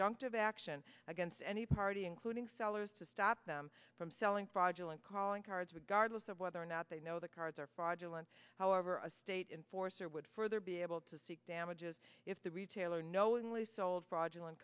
e action against any party including sellers to stop them from selling fraudulent calling cards with godless of whether or not they know the cards are fraudulent however a state in force or would further be able to seek damages if the retailer knowingly sold fraudulent